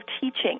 teaching